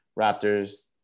Raptors